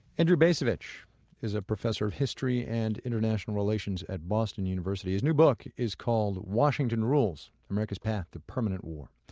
andrew bacevich is a professor of history and international relations at boston university. his new book is called washington rules america's path to permanent war.